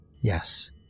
Yes